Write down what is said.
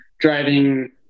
Driving